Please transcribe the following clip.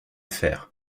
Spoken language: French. faire